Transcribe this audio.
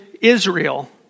Israel